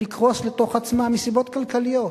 לקרוס לתוך עצמה מסיבות כלכליות.